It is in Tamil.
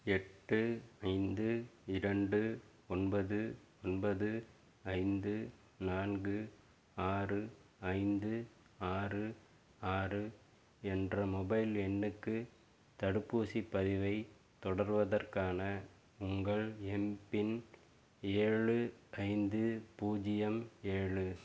எட்டு ஐந்து இரண்டு ஒன்பது ஒன்பது ஐந்து நான்கு ஆறு ஐந்து ஆறு ஆறு என்ற மொபைல் எண்ணுக்கு தடுப்பூசிப் பதிவைத் தொடர்வதற்கான உங்கள் எம்பின் ஏழு ஐந்து பூஜ்ஜியம் ஏழு